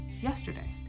yesterday